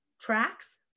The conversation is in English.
tracks